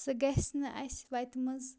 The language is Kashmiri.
سُہ گَژھنہٕ اَسہِ وَتہِ مَنٛز